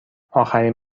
آخرین